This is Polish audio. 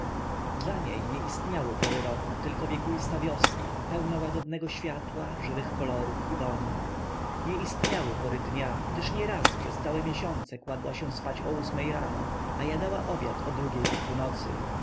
dla niej nie istniały pory roku tylko wiekuista wiosna pełna łagodnego światła żywych kwiatów i woni nie istniały pory dnia gdyż nieraz przez całe miesiące kładła się spać o ósmej rano a jadała obiad o drugiej po północy